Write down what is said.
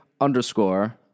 underscore